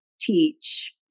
teach